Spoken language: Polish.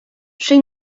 szli